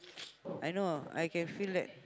I know I can feel that